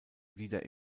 wieder